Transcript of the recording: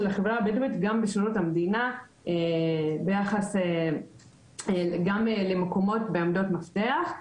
החברה הבדואית בשירות המדינה ביחס למקומות בעמדות מפתח.